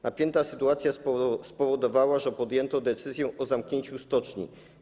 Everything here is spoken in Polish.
Napięta sytuacja spowodowała, że podjęto decyzję o zamknięciu stoczni.